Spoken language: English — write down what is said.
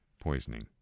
poisoning